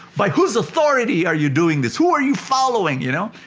by whose authority are you doing this? who are you following? you know,